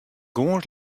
gâns